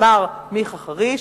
אמר מיכה חריש,